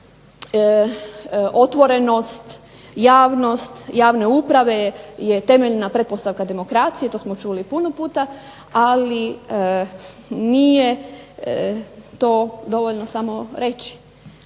otvorenost, javnost javne uprave je temeljna pretpostavka demokracije. To smo čuli puno puta. Ali nije to dovoljno samo reći.